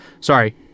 sorry